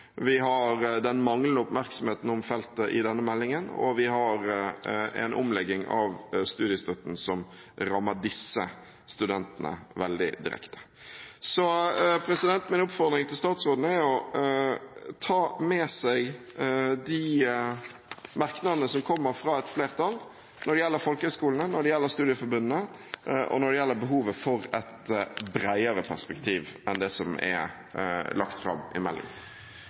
Vi har den manglende oppmerksomheten om feltet i denne meldingen, og vi har en omlegging av studiestøtten som rammer disse studentene veldig direkte. Min oppfordring til statsråden er at han tar med seg de merknadene som kommer fra et flertall når det gjelder folkehøyskolene, når det gjelder studieforbundene, og når det gjelder behovet for et bredere perspektiv enn det som er lagt fram i